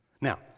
now